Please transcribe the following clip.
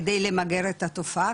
כדי למגר את התופעה,